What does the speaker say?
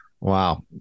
Wow